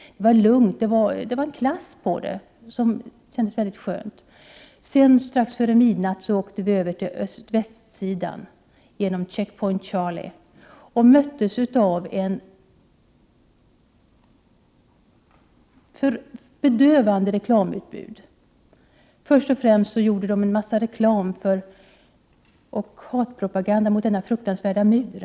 Det var lugnt, det var klass på det, och det kändes mycket skönt. Strax före midnatt åkte vi genom Checkpoint Charlie till västsidan och möttes av ett bedövande reklamutbud. Det gjordes först och främst en massa hatpropaganda mot denna fruktansvärda mur.